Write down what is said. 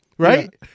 Right